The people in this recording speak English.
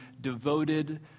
devoted